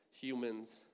humans